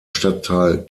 stadtteil